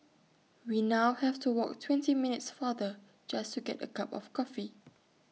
we now have to walk twenty minutes farther just to get A cup of coffee